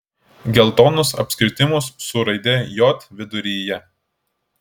geltonus apskritimus su raide j viduryje